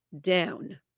Down